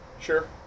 Sure